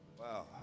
Wow